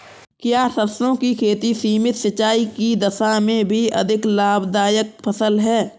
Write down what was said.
क्या सरसों की खेती सीमित सिंचाई की दशा में भी अधिक लाभदायक फसल है?